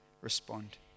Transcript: respond